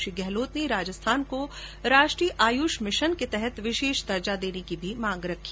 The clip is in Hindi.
श्री गहलोत ने राजस्थान को राष्ट्रीय आयुष मिशन के तहत विशेष दर्जा देने की भी मांग रखी